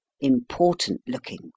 important-looking